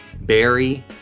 Barry